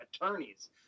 attorneys